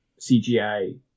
CGI